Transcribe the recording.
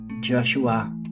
Joshua